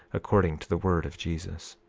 according to the word of jesus.